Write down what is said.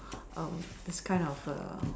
um this kind of a